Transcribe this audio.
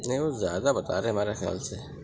نہیں کچھ زیادہ بتا رہے ہیں ہمارے خیال سے